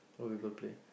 what people play